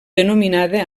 denominada